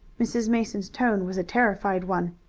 mrs. mason's tone was a terrified one.